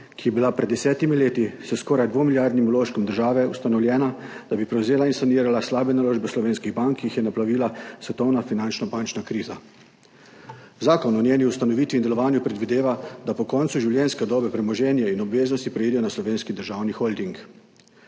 ki je bila pred 10 leti s skoraj dvomilijardnim vložkom države ustanovljena, da bi prevzela in sanirala slabe naložbe slovenskih bank, ki jih je naplavila svetovna finančna bančna kriza. Zakon o njeni ustanovitvi in delovanju predvideva, da po koncu življenjske dobe premoženja in obveznosti preidejo na Slovenski državni holding.